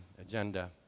agenda